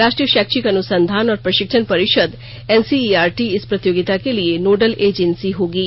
राष्ट्रीय शैक्षिक अनुसंधान और प्रशिक्षण परिषद एनसीइआरटी इस प्रतियोगिता के लिए नोडल एजेंसी गोगी